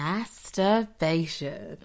Masturbation